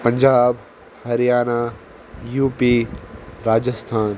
Punjab Haryana U P Rajasthan